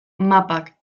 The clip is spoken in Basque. mapak